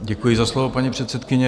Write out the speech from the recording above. Děkuji za slovo, paní předsedkyně.